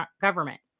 government